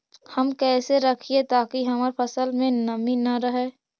हम कैसे रखिये ताकी हमर फ़सल में नमी न रहै?